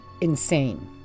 Insane